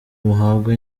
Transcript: muhabwa